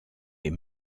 les